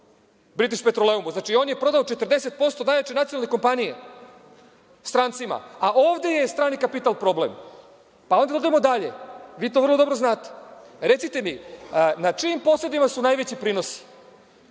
„Britiš petroleumu“. Znači, on je prodao 40% najjače nacionalne kompanije strancima, a ovde je strani kapital problem. Onda da idemo dalje. Vi to vrlo dobro znate. Recite mi – na čijim posedima su najveći prinosi?